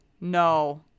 no